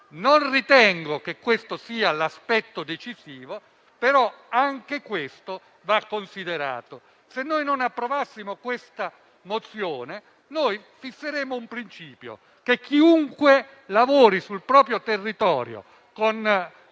Non ritengo che questo sia l'aspetto decisivo, però anche questo va considerato. Se noi non approvassimo il documento al nostro esame, fisseremmo il principio che chiunque lavori sul proprio territorio,